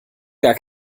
das